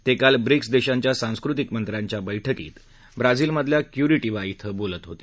ते काल ब्रिक्स देशांच्या सांस्कृतिक मंत्र्यांच्या बैठकीत ब्राझिलमधल्या क्युरिटीबा धिं बोलत होते